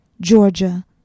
Georgia